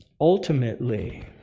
Ultimately